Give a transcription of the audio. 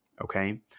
Okay